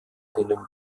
einem